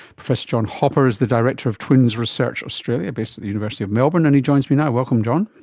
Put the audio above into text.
professor john hopper is the director of twins research australia based at the university of melbourne and he joins me now. welcome john.